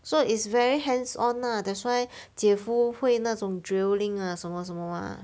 so it's very hands on lah that's why 姐夫会那种 drilling ah 什么什么 ah